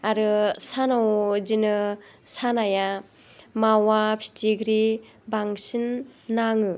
आरो सानाव बिदिनो सानाया मावा फिथिख्रि बांसिन नाङो